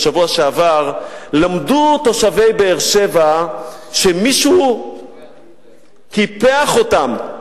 בשבוע שעבר למדו תושבי באר-שבע שמישהו קיפח אותם.